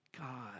God